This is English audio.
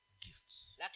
gifts